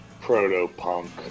proto-punk